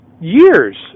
years